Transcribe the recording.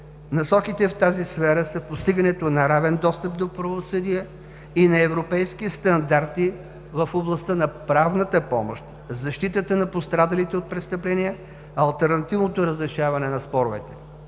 Насоките в тази сфера са постигането на равен достъп до правосъдие и на европейски стандарти в областта на правната помощ, защитата на пострадалите от престъпления, алтернативното разрешаване на споровете.